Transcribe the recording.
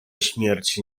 śmierci